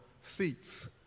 seats